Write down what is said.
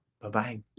Bye-bye